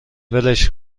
ولش